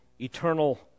eternal